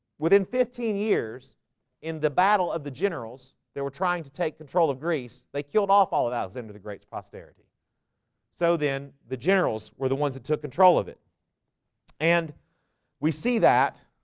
within fifteen years in the battle of the generals. they were trying to take control of greece they killed off all of us into the great's posterity so then the generals were the ones that took control of it and we see that